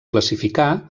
classificar